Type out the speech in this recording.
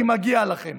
כי מגיע לכם.